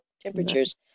temperatures